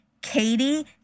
Katie